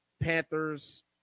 Panthers